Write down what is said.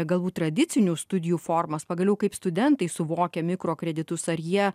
galbūt tradicinių studijų formas pagaliau kaip studentai suvokia mikrokreditus ar jie